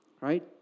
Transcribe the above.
Right